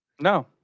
No